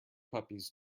puppies